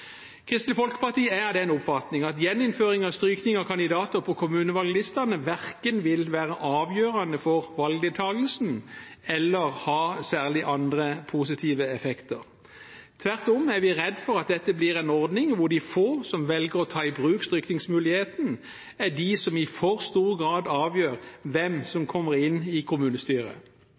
Kristelig Folkeparti er av den oppfatning at gjeninnføring av strykning av kandidater på kommunevalglistene verken vil være avgjørende for valgdeltakelsen eller ha særlig andre positive effekter. Tvert om er vi redd for at dette blir en ordning hvor de få som velger å ta i bruk strykningsmuligheten, er de som i for stor grad avgjør hvem som kommer inn i kommunestyret.